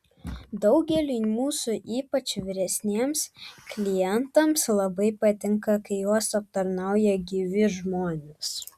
daugeliui mūsų ypač vyresniems klientams labai patinka kai juos aptarnauja gyvi žmonės